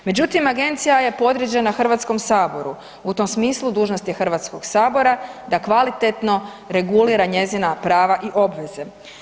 Međutim, agencija je podređena Hrvatskom saboru u tom smislu dužnost je Hrvatskog sabora da kvalitetno regulira njezina prava i obveze.